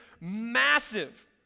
massive